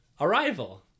Arrival